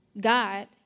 God